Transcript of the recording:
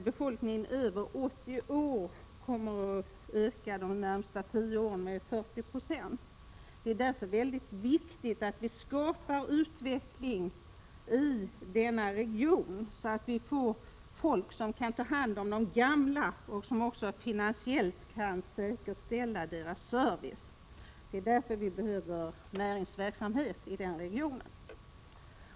Befolkningen över 80 år | beräknas öka de närmaste tio åren med 40 96. Det är därför väldigt viktigt att vi skapar utveckling i denna region så att där finns människor som kan ta | hand om de gamla och som finansiellt kan säkerställa deras service. Det är därför vi behöver näringsverksamhet i den regionen.